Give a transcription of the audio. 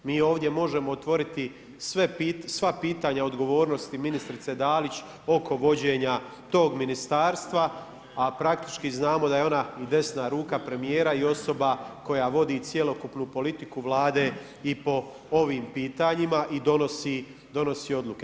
Mi ovdje možemo otvoriti sva pitanja odgovornosti ministrice Dalić oko vođenja tog ministarstva, a praktični znamo da je ona desna ruka premijera i osoba koja vodi cjelokupnu politiku Vlade i po ovim pitanjima i donosi odluke.